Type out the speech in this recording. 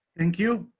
thank you,